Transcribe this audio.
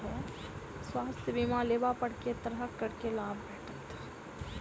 स्वास्थ्य बीमा लेबा पर केँ तरहक करके लाभ भेटत?